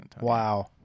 Wow